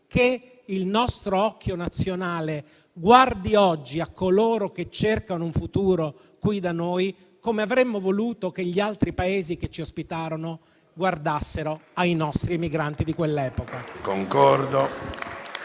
che il nostro occhio nazionale guardi oggi a coloro che cercano un futuro qui da noi, come avremmo voluto che gli altri Paesi che ci ospitarono guardassero ai nostri migranti di quell'epoca.